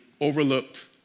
overlooked